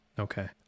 Okay